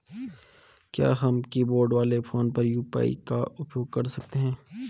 क्या हम कीबोर्ड वाले फोन पर यु.पी.आई का प्रयोग कर सकते हैं?